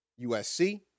USC